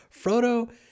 Frodo